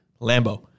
Lambo